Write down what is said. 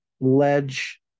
ledge